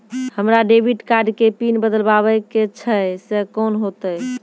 हमरा debit card के PIN बदलबावै के छैं से कौन होतै?